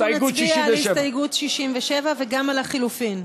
אנחנו נצביע על הסתייגות 67 וגם על החלופין,